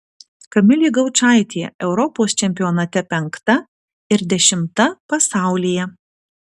kamilė gaučaitė europos čempionate penkta ir dešimta pasaulyje